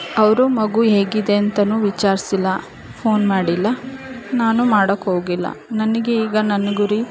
ಅವರು ಮಗು ಹೇಗಿದೆ ಅಂತಾನೂ ವಿಚಾರಿಸಿಲ್ಲ ಫೋನ್ ಮಾಡಿಲ್ಲ ನಾನು ಮಾಡೋಕ್ ಹೋಗಿಲ್ಲ ನನಗೆ ಈಗ ನನ್ನ ಗುರಿ